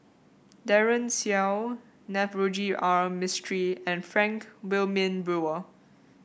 Daren Shiau Navroji R Mistri and Frank Wilmin Brewer